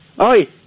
Oi